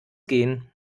gehen